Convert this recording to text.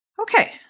Okay